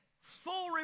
full